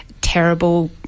terrible